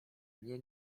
nie